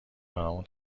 برامون